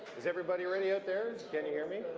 is everybody ready out there? can you hear me?